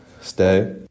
stay